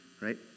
right